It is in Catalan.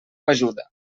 ajuda